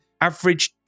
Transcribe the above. average